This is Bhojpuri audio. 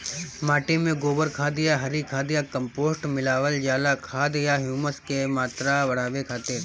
माटी में गोबर खाद या हरी खाद या कम्पोस्ट मिलावल जाला खाद या ह्यूमस क मात्रा बढ़ावे खातिर?